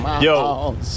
Yo